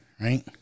right